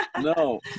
no